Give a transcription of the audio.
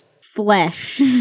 Flesh